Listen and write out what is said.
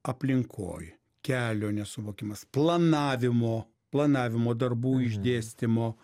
aplinkoj kelio nesuvokimas planavimo planavimo darbų išdėstymo